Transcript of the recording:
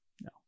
no